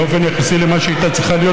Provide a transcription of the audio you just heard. באופן יחסי למה שהיא הייתה צריכה להיות,